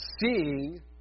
seeing